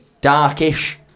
darkish